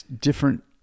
different